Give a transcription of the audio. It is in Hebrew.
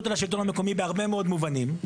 על השלטון המקומי בהרבה מאוד מובנים.